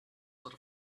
sort